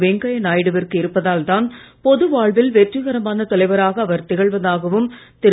வெங்கையா நாயுடு விற்கு இருப்பதால் தான் பொது வாழ்வில் வெற்றிகரமான தலைவராக அவர் திகழ்வதாகவும் திரு